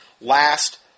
Last